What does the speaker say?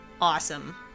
awesome